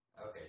Okay